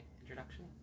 introduction